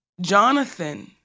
Jonathan